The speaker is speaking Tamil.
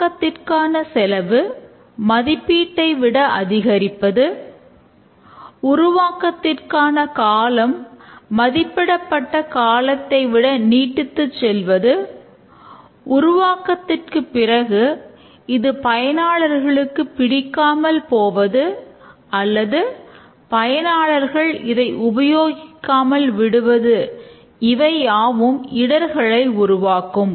உருவாக்கத்திற்கான செலவு மதிப்பீட்டை விட அதிகரிப்பது உருவாக்கத்திற்கான காலம் மதிப்பிடப்பட்ட காலத்தைவிட நீட்டித்து செல்வது உருவாக்கத்திற்கு பிறகு இது பயனாளர்களுக்கு பிடிக்காமல் போவது அல்லது பயனாளர்கள் இதை உபயோகிக்காமல் விடுவது இவை யாவும் இடர்களை உருவாக்கும்